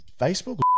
Facebook